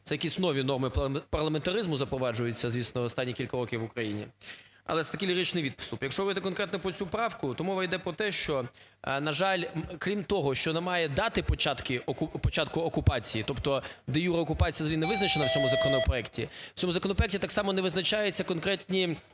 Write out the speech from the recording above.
це якісь нові норми парламентаризму запроваджуються, звісно, останні кілька років в Україні. Але це такий ліричний відступ. Якщо говорити конкретно про цю правку, то мова йде про те, що, на жаль, крім того, що немає дати початку окупації, тобто де-юре окупація взагалі не визначена в цьому законопроекті, у цьому законопроекті так само не визначаються конкретні